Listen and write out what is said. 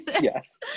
Yes